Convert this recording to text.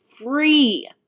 free